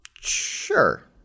Sure